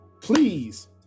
please